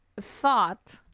thought